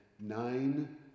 nine